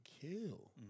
kill